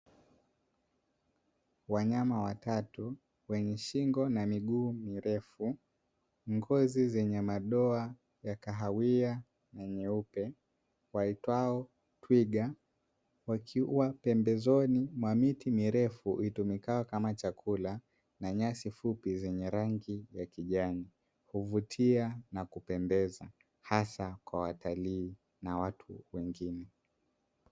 Wanyama watatu wenye shingo na miguu mirefu, ngozi zenye madoa ya kahawia na nyeupe waitwao twiga. Wakiwa pembezoni mwa miti mirefu itumikayo kama chakula na nyasi fupi zenye rangi ya kijani, huvutia na kupendeza hasa kwa watalii na watu wengine.